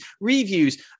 reviews